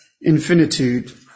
infinitude